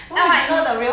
what you trying